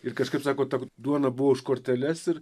ir kažkaip sako ta duona buvo už korteles ir